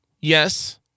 yes